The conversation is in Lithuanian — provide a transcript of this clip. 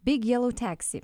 big jelou teksi